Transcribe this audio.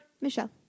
Michelle